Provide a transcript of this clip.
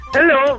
Hello